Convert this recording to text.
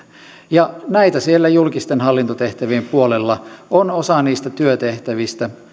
ja näitä siellä julkisten hallintotehtävien puolella on osa niistä työtehtävistä